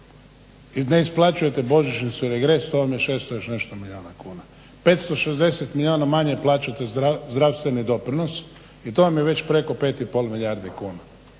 i ne isplaćujete božićnicu i regres to vam je 600 i još nešto milijuna kuna. 560 milijuna manje plaćate zdravstveni doprinos i to vam je već preko 5,5 milijardi kuna,